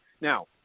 Now